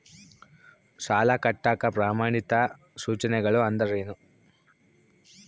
ಸಾಲ ಕಟ್ಟಾಕ ಪ್ರಮಾಣಿತ ಸೂಚನೆಗಳು ಅಂದರೇನು?